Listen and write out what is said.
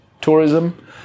tourism